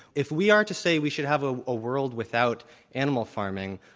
if we are to say we should have a ah world without animal farming,